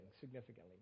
significantly